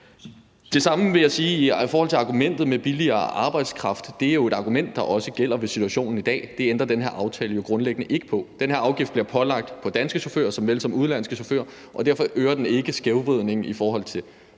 Det samme vil jeg sige i forhold til argumentet om billigere arbejdskraft. Det er jo et argument, der også gælder for situationen i dag. Det ændrer den her aftale jo grundlæggende ikke på. Den her afgift bliver pålagt danske chauffører såvel som udenlandske chauffører, og derfor øger den ikke skævvridningen i forhold til